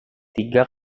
tiga